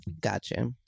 Gotcha